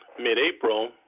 mid-April